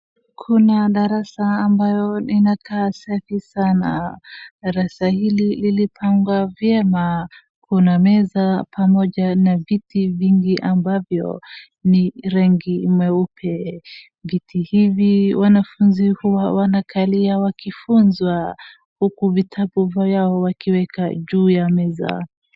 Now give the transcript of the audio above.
Kuna darasa ambalo linakaa safi sana, hata sahii limepangwa vyema, kuna meza pamoja na viti vingi ambavyo ni rangi nyeupe. Viti hivi wanafunzi huwa wanakalia wakifunzwa, huku vitabu vyao wakiweka juu ya meza.